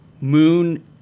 Moon